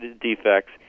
defects